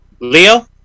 leo